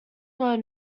were